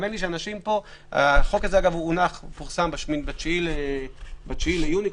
החוק הזה פורסם ב-9 ביוני,